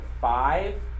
five